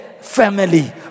family